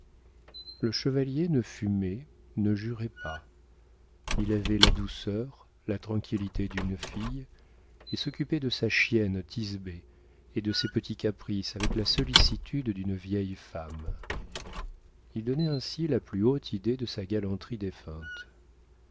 le chevalier ne fumait ne jurait pas il avait la douceur la tranquillité d'une fille et s'occupait de sa chienne thisbé et de ses petits caprices avec la sollicitude d'une vieille femme il donnait ainsi la plus haute idée de sa galanterie